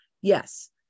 yes